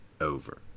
over